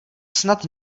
snad